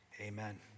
Amen